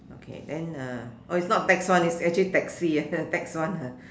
okay then uh it's not tax one it's actually taxi tax one